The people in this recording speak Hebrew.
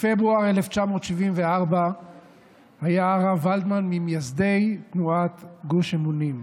בפברואר 1974 היה הרב ולדמן ממייסדי תנועת גוש אמונים.